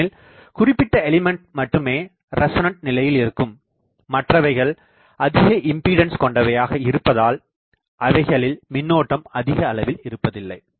ஏனெனில் குறிப்பிட்ட எலிமெண்ட் மட்டுமே ரெசோனன்ட் நிலையில் இருக்கும் மற்றவைகள் அதிக இம்பீடன்ஸ் கொண்டவையாக இருப்பதால் அவைகளில் மின்னோட்டம் அதிக அளவில் இருப்பதில்லை